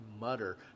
mutter